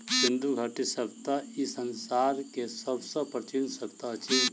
सिंधु घाटी सभय्ता ई संसार के सब सॅ प्राचीन सभय्ता अछि